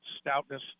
stoutness